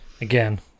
Again